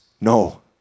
No